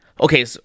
Okay